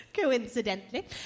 coincidentally